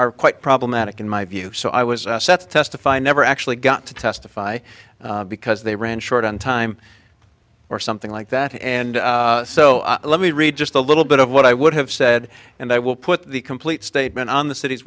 are quite problematic in my view so i was set to testify never actually got to testify because they ran short on time or something like that and so let me read just a little bit of what i would have said and i will put the complete statement on the city's